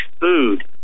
food